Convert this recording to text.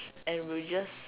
and will just